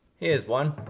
here's one.